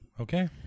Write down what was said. okay